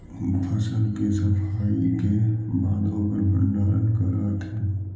फसल के सफाई के बाद ओकर भण्डारण करऽ हथिन